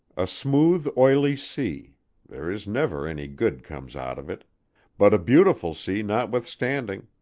a smooth, oily sea there is never any good comes out of it but a beautiful sea notwithstanding,